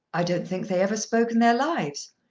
i don't think they ever spoke in their lives.